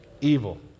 Evil